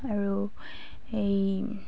আৰু এই